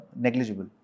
negligible